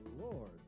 Lord